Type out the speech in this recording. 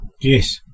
yes